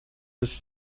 was